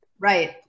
Right